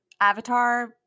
Avatar